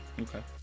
Okay